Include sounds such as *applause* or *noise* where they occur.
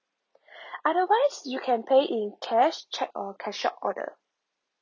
*breath* otherwise you can pay in cash cheque or cashier order